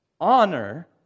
honor